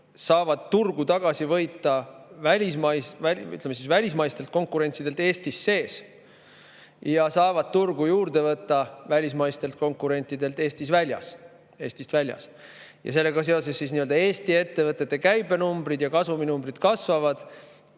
saavad turgu tagasi võita välismaistelt konkurentidelt Eestis sees ja saavad turgu juurde võtta välismaistelt konkurentidelt Eestist väljas. Sellega seoses Eesti ettevõtete käibenumbrid ja kasuminumbrid kasvavad,